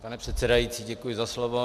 Pane předsedající, děkuji za slovo.